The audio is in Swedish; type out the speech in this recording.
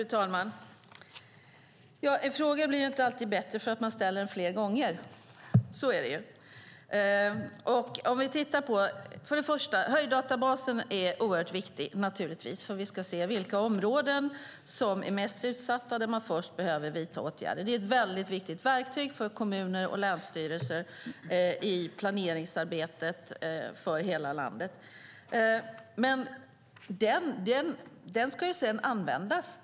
Fru talman! En fråga blir inte alltid bättre för att den ställs flera gånger. Höjddatabasen är naturligtvis oerhört viktig för att vi ska se vilka områden som är mest utsatta och var man först behöver vidta åtgärder. Det är ett viktigt verktyg för kommuner och länsstyrelser i planeringsarbetet. Sedan ska den användas.